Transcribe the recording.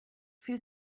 viel